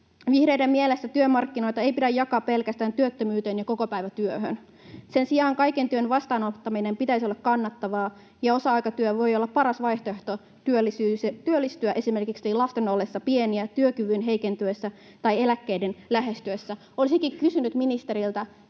Vihreiden mielestä työmarkkinoita ei pidä jakaa pelkästään työttömyyteen ja kokopäivätyöhön. Sen sijaan kaiken työn vastaanottamisen pitäisi olla kannattavaa, ja osa-aikatyö voi olla paras vaihtoehto työllistyä, esimerkiksi lasten ollessa pieniä, työkyvyn heikentyessä tai eläkkeelle jäännin lähestyessä. Olisinkin kysynyt ministeriltä: